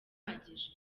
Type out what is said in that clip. uhagije